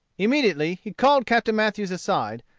immediately he called captain mathews aside,